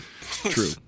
True